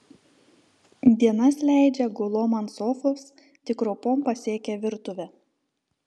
dienas leidžia gulom ant sofos tik ropom pasiekia virtuvę